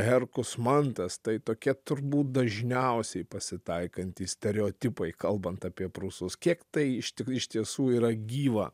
herkus mantas tai tokie turbūt dažniausiai pasitaikantys stereotipai kalbant apie prūsus kiek tai iš tik iš tiesų yra gyva